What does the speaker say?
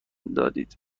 دادید